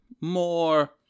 more